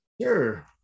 Sure